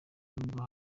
nubwo